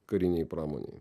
karinei pramonei